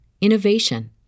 innovation